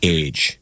age